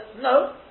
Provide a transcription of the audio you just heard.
No